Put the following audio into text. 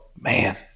man